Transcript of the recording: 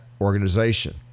organization